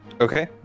Okay